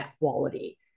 quality